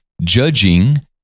Judging